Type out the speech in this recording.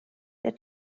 der